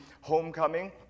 Homecoming